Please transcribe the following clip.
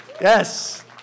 Yes